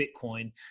Bitcoin